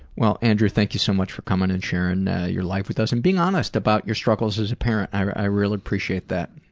well, andrew, thank you so much for coming and sharing your life with us, and being honest about your struggles as a parent, i really appreciate that.